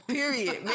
Period